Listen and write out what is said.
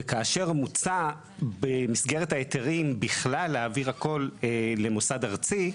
וכאשר מוצע במסגרת ההיתרים בכלל להעביר הכול למוסד ארצי,